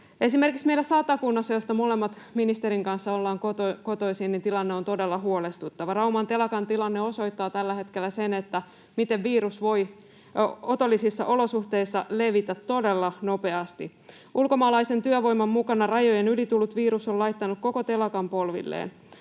Esimerkiksi meillä Satakunnassa, josta me molemmat ministerin kanssa ollaan kotoisin, tilanne on todella huolestuttava. Rauman telakan tilanne osoittaa tällä hetkellä sen, miten virus voi otollisissa olosuhteissa levitä todella nopeasti. Ulkomaalaisen työvoiman mukana rajojen yli tullut virus on laittanut koko telakan polvilleen.